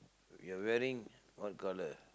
you're wearing what colour